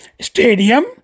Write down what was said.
Stadium